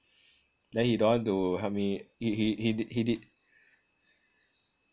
then he don't want to help me he he he d~ he did